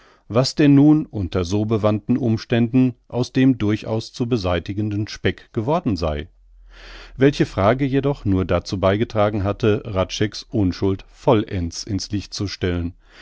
was denn nun unter so bewandten umständen aus dem durchaus zu beseitigenden speck geworden sei welche frage jedoch nur dazu beigetragen hatte hradscheck's unschuld vollends ins licht zu stellen